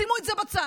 שימו את זה בצד.